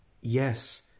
yes